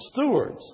stewards